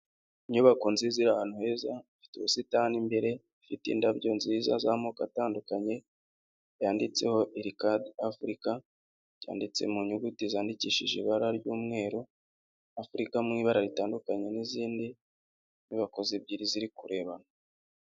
Inyubako nziza iri ahantu heza ifite ubusitani imbere, ifite indabyo nziza z'amoko atandukanye, yanditseho irikadi Afurika cyanditse mu nyuguti zandikishije ibara ry'umweru, Afurika mu ibara ritandukanye n'izindi, inyubako ebyiri ziri kurebana.